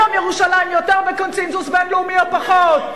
היום ירושלים יותר בקונסנזוס בין-לאומי או פחות?